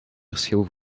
verschil